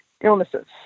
illnesses